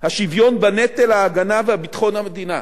השוויון בנטל ההגנה וביטחון המדינה,